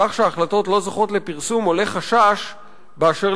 בכך שההחלטות לא זוכות לפרסום עולה חשש באשר